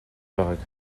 байгааг